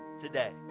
Today